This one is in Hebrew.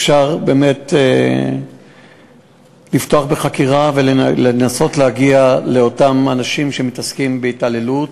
אפשר באמת לפתוח בחקירה ולנסות להגיע לאותם אנשים שמתעסקים בהתעללות